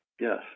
yes